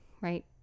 right